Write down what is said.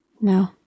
No